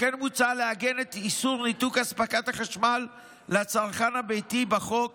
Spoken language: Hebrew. לכן מוצע לעגן את איסור ניתוק אספקת החשמל לצרכן הביתי בחוק